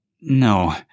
no